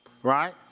Right